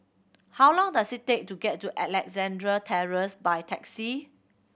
how long does it take to get to Alexandra Terrace by taxi